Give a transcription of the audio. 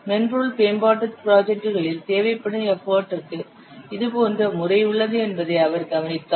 மென்பொருள் மேம்பாட்டுத் ப்ராஜெட்டுகளில் தேவைப்படும் எஃபர்டிற்கு இதேபோன்ற முறை உள்ளது என்பதை அவர் கவனித்தார்